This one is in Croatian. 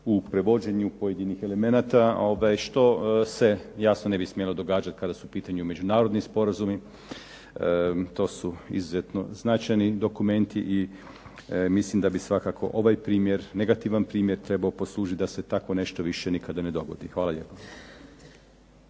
u prevođenju pojedinih elemenata, što se jasno ne bi smjelo događati kada su u pitanju međunarodni sporazumi. To su izuzetno značajni dokumenti i mislim da bi svakako ovaj negativan primjer trebao poslužiti da se tako nešto više nikada ne dogodi. Hvala lijepo.